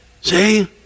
See